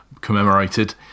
commemorated